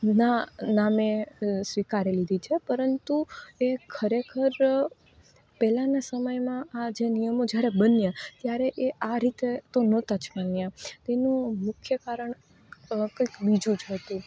ના નામે સ્વીકારી લીધી છે પરંતુ એ ખરેખર પહેલાંના સમયમાં આ જે નિયમો જયારે બન્યાં ત્યારે એ આ રીતે તો નતા જ બન્યા તેનું મુખ્ય કારણ કંઈક બીજું જ હતું